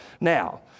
now